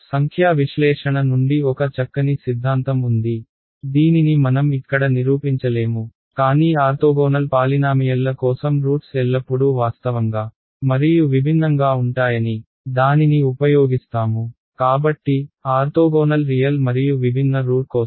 సంఖ్యా విశ్లేషణ నుండి ఒక చక్కని సిద్ధాంతం ఉంది దీనిని మనం ఇక్కడ నిరూపించలేము కానీ ఆర్తోగోనల్ పాలినామియల్ల కోసం రూట్స్ ఎల్లప్పుడూ వాస్తవంగా మరియు విభిన్నంగా ఉంటాయని దానిని ఉపయోగిస్తాము కాబట్టి ఆర్తోగోనల్ రియల్ మరియు విభిన్న రూట్ కోసం